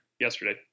yesterday